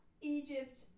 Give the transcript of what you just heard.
Egypt